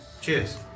Cheers